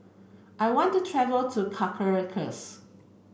I want travel to Caracas